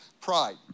pride